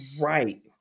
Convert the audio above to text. Right